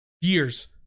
years